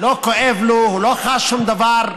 לא כואב לו, הוא לא חש שום דבר,